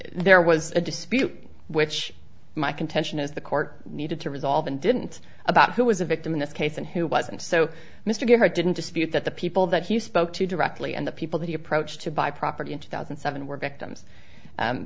there was a dispute which my contention is the court needed to resolve and didn't about who was a victim in this case and who wasn't so mr gifford didn't dispute that the people that he spoke to directly and the people that he approached to buy property in two thousand and seven were victims